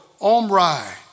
Omri